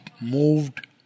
moved